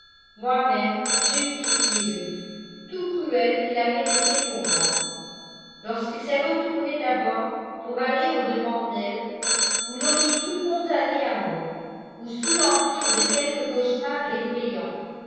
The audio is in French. moi-même j'ai eu pitié de lui tout cruel qu'il avait été pour moi lorsqu'il s'est retourné d'abord pour aller au-devant d'elles vous l'auriez cru condamné à mort ou sous l'empire de quelque cauchemar effrayant